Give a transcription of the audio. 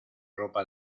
ropa